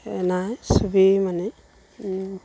এই নাই চবেই মানে